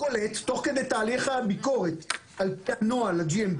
קולט תוך כדי תהליך הביקורת על פי נוהל GMP